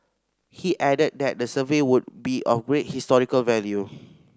he added that the survey would be of great historical value